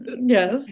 Yes